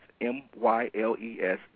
m-y-l-e-s